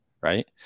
right